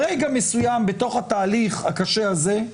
ברגע מסוים בתוך התהליך הקשה הזה,